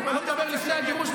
אני כבר לא מדבר על לפני הגירוש,